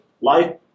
life